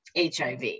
HIV